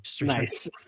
Nice